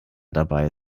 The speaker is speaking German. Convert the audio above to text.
dabei